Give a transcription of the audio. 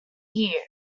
year